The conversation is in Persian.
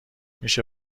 میشه